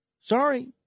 Sorry